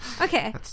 Okay